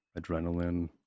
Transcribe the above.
adrenaline